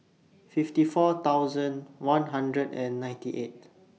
fifty four thousand one hundred and ninety eight